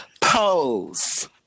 Pose